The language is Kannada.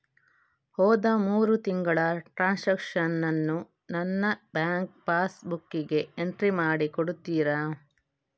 ಹೋದ ಮೂರು ತಿಂಗಳ ಟ್ರಾನ್ಸಾಕ್ಷನನ್ನು ನನ್ನ ಬ್ಯಾಂಕ್ ಪಾಸ್ ಬುಕ್ಕಿಗೆ ಎಂಟ್ರಿ ಮಾಡಿ ಕೊಡುತ್ತೀರಾ?